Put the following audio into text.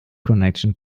connection